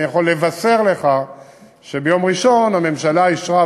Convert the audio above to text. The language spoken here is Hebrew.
אני יכול לבשר לך שביום ראשון הממשלה אישרה,